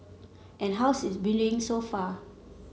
and how's it been doing so far